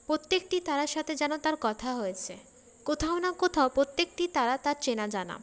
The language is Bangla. প্রত্যেকটি তারার সাথে তার যেন কথা হয়েছে কোথাও না কোথাও প্রত্যেকটি তারা তার চেনা জানা